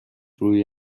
روی